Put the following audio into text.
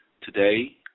Today